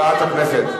חברת הכנסת,